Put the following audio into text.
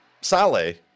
Sally